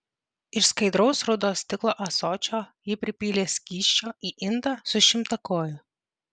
iš skaidraus rudo stiklo ąsočio ji pripylė skysčio į indą su šimtakoju